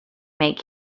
make